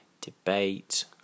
debate